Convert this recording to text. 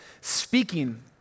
speaking